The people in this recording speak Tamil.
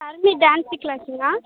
ஹரிணி டான்ஸு கிளாஸுங்களா